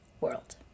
world